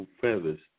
feathers